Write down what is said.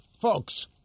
folks